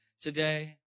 today